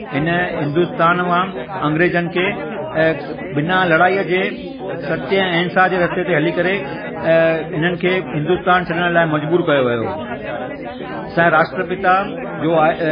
ख़राब थी सघंदियूं आहिनि अख़ियूं ख़राब थी सघंदियूं आहिनि पर माण्हू सम्झनि त सुठो आहे न त हुनजो तबियतु ख़राब थी सघंदी आहे मोबाइल जे करे माण्हू अॾुकल्ह जाम